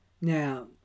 Now